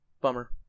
bummer